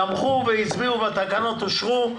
תמכו והצביעו והתקנות אושרו.